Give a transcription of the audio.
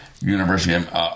University